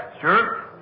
sure